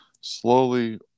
Slowly